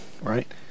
right